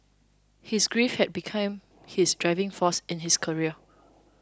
his grief had become his driving force in his career